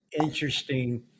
interesting